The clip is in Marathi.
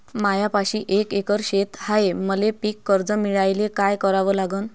मायापाशी एक एकर शेत हाये, मले पीककर्ज मिळायले काय करावं लागन?